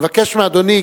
אני מבקש מאדוני,